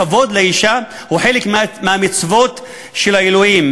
הכבוד לאישה הוא חלק מהמצוות של האלוהים,